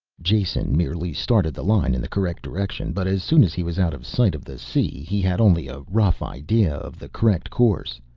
jason merely started the line in the correct direction, but as soon as he was out of sight of the sea he had only a rough idea of the correct course,